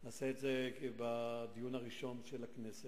נעשה את זה כדיון הראשון של הכנסת,